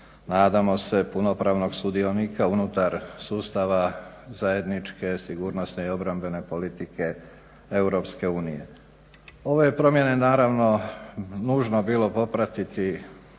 nadamo se punopravnog sudionika unutar sustava zajedničke sigurnosne i obrambene politike EU. Ove promjene naravno je nužno bilo popratiti